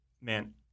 Man